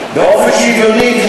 באופן שוויוני, נכון?